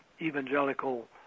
evangelical